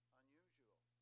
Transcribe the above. unusual